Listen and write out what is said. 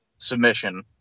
submission